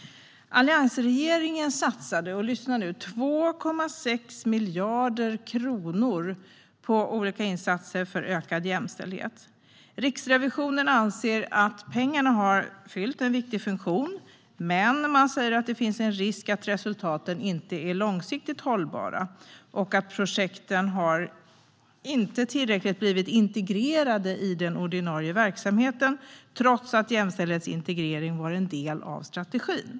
Alliansregeringen satsade - lyssna nu! - 2,6 miljarder kronor på olika insatser för ökad jämställdhet. Riksrevisionen anser att pengarna har fyllt en viktig funktion, men man säger att det finns en risk att resultaten inte är långsiktigt hållbara. Projekten har inte blivit tillräckligt integrerade i den ordinarie verksamheten, trots att jämställdhetsintegrering var en del av strategin.